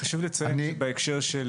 חשוב לנו שהטכנולוגיות האלה לא יצאו